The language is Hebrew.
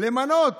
למנות